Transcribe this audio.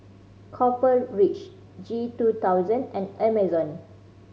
Copper Ridge G two thousand and Amazon